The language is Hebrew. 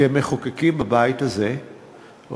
כמחוקקים בבית הזה,